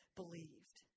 believed